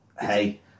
Hey